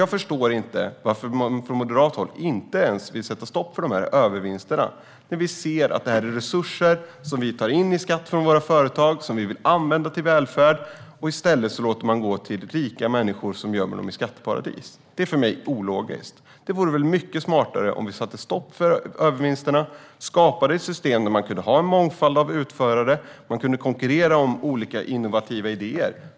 Jag förstår inte varför Moderaterna inte vill sätta stopp för dessa övervinster. Det här är resurser som vi tar in i skatt från våra företag och som vi vill använda till välfärd, men ni vill i stället låta dem gå till rika människor som gömmer dem i skatteparadis. Det är för mig ologiskt. Det vore mycket smartare att sätta stopp för övervinsterna och skapa ett system där vi kan ha en mångfald av utförare som kan konkurrera om olika innovativa idéer.